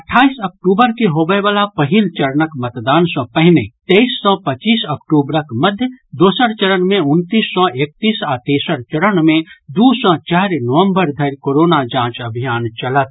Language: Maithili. अट्ठाईस अक्टूबर के होबय वला पहिल चरणक मतदान सँ पहिने तेईस सँ पच्चीस अक्टूबरक मध्य दोसर चरण मे उनतीस सँ एकतीस आ तेसर चरण मे दू सँ चारि नवम्बर धरि कोरोना जांच अभियान चलत